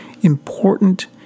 important